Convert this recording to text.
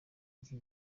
iki